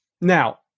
Now